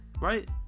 Right